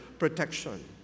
protection